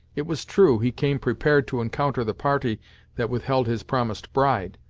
it was true, he came prepared to encounter the party that withheld his promised bride,